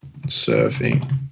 Surfing